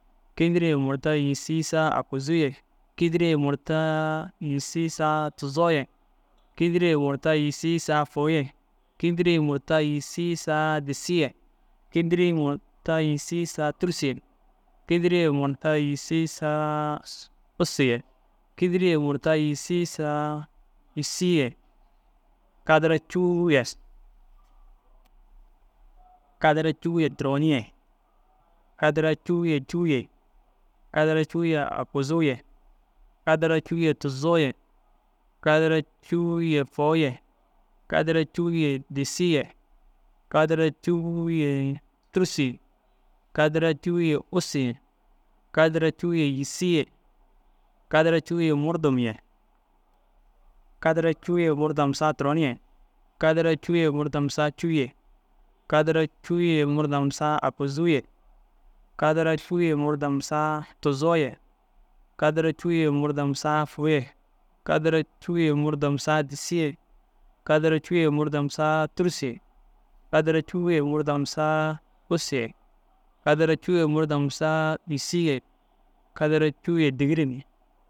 Kîdiri ye murta yîsii saa akuzuu ye, kîdiri ye murtaa yîsii saa tuzoo ye, kîdiri ye murta yîsii saa fôu ye, kîdiri ye murta yîsii saa disii ye, kîdiri murta yîsii saa tûrusu ye, kîdiri ye murta yîsii saa ussu ye, kîdiri ye murta yîsii saa yîsii ye, kadara cûu ye. Kadara cûu turon ye, kadara cûu ye cûu ye, kadara cûu ye aguzuu ye, kadara cûu ye tuzoo ye, kadara cûu ye fôu ye, kadara cûu ye disii ye, kadara cûuu ye tûrusu ye, kadara cûu ye ussu ye, kadara cûu ye yîsii ye, kadara cûu murdom ye. Kadara cûu ye murdom saa turon ye, kadara cûu ye murdom saa cûu ye, kadara cûu ye murdom saa aguzuu ye, kadara cûu ye murdom saa tuzoo ye, kadara cûu ye murdom saa fôu ye, kadara cûu ye murdom saa disii ye, kadara cûu ye murdom saa tûrusu ye, kadara cûu ye murdom saa ussu ye, kadara cûu ye murdom saa yîsii ye, kadara cûu ye dîgirem ye.